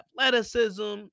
athleticism